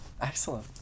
Excellent